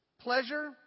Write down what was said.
Pleasure